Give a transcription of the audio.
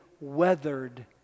weathered